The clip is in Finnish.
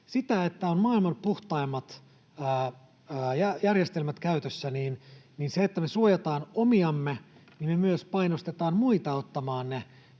että on maailman puhtaimmat järjestelmät käytössä. Ja sillä, että me suojataan omiamme ja asetetaan nämä hiilitullit, me myös painostetaan muita ottamaan ne